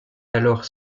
alors